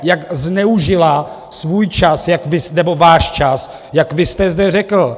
Jak zneužila svůj čas nebo váš čas, jak vy jste zde řekl.